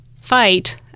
fight